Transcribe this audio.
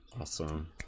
Awesome